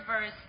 verse